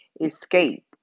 escape